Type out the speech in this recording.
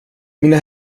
mina